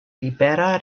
libera